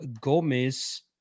Gomez